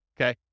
okay